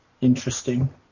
interesting